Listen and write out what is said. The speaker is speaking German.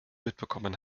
mitbekommen